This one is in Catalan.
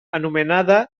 anomenada